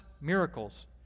miracles